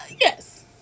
yes